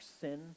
sin